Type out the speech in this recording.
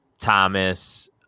Thomas